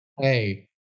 hey